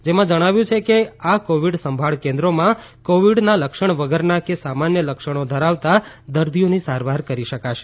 જેમાં જણાવ્યું છે કે આ કોવિડ સંભાળ કેન્દ્રોમાં કોવિડના લક્ષણ વગરના કે સામાન્ય લક્ષણો ધરાવતા દર્દીઓની સારવાર કરી શકશે